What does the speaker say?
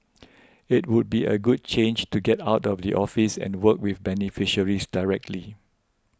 it would be a good change to get out of the office and work with beneficiaries directly